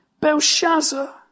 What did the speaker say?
Belshazzar